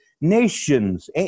nations